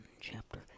chapter